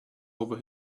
over